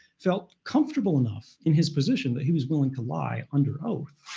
felt comfortable enough in his position that he was willing to lie under oath.